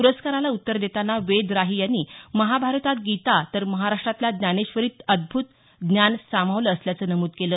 प्रस्काराला उत्तर देताना वेद राही यांनी महाभारतात गीता तर महाराष्ट्रातल्या ज्ञानेश्वरीत अद्भ्रत ज्ञान सामावलं असल्याचं नमूद केलं